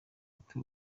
ati